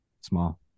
Small